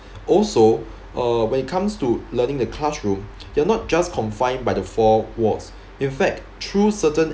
also uh when it comes to learning in the classroom you are not just confined by the four walls in fact through certain